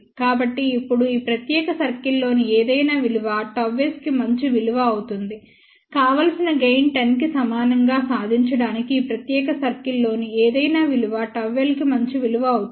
కాబట్టి ఇప్పుడు ఈ ప్రత్యేక సర్కిల్ లోని ఏదైనా విలువ ΓS కి మంచి విలువ అవుతుందికావలసిన గెయిన్ 10 కి సమానంగా సాధించడానికి ఈ ప్రత్యేక సర్కిల్ లోని ఏదైనా విలువ ΓL కి మంచి విలువ అవుతుంది